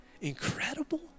incredible